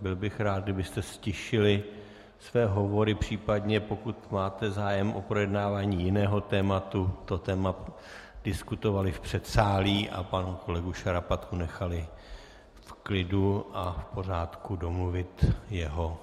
Byl bych rád, kdybyste ztišili své hovory, pokud případně máte zájem o projednávání jiného tématu, to téma diskutovali v předsálí a pana kolegu Šarapatku nechali v klidu a pořádku domluvit jeho